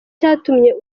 cyatumye